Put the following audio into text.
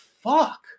fuck